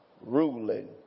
ruling